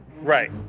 right